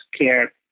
care